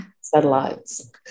satellites